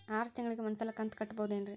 ಆರ ತಿಂಗಳಿಗ ಒಂದ್ ಸಲ ಕಂತ ಕಟ್ಟಬಹುದೇನ್ರಿ?